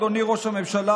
אדוני ראש הממשלה,